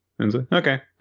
okay